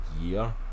year